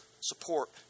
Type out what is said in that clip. support